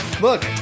Look